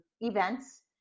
events